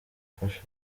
mfashe